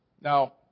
Now